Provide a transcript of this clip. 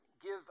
give